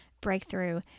breakthrough